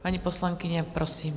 Paní poslankyně, prosím.